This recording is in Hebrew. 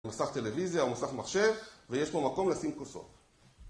מסך טלוויזיה או מסך מחשב ויש לו מקום לשים כוסות.